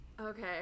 Okay